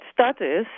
studies